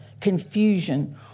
confusion